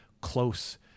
close